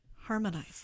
Harmonize